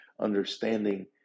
understanding